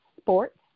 Sports